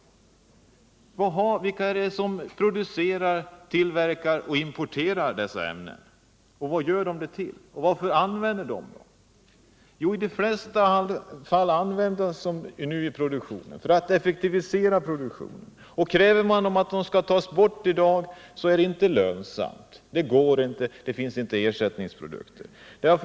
Vilka är det som producerar och importerar dessa ämnen? Och varför används medlen? I de flesta fall används de i produktionen för att effektivisera denna. När det krävs att dessa ämnen skall tas bort ur produktionen, får man svaret att produktionen då inte längre blir lönsam — det går inte att göra det, eftersom det inte finns några ersättningsprodukter.